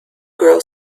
girl